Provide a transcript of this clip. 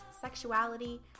sexuality